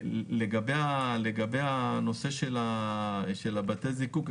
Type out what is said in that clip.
לגבי הנושא של בתי הזיקוק,